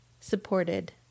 Supported